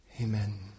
Amen